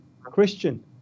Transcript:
Christian